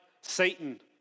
Satan